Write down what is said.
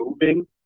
moving